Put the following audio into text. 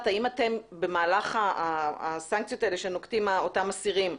האם במהלך הסנקציות האלה שנוקטים אותם אסירים,